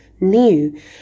new